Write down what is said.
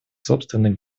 собственных